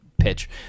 pitch